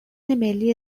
ملی